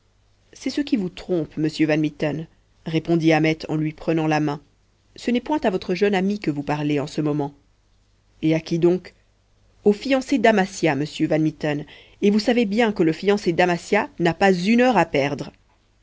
c'est ce qui vous trompe monsieur van mitten répondit ahmet en lui prenant la main ce n'est point à votre jeune ami que vous parlez en ce moment et à qui donc au fiancé d'amasia monsieur van mitten et vous savez bien que le fiancé d'amasia n'a pas une heure à perdre